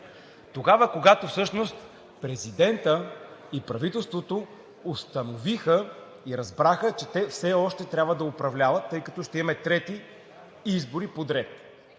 Тогава когато всъщност президентът и правителството установиха и разбраха, че те все още трябва да управляват, тъй като ще имаме трети избори подред.